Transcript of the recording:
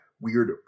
weird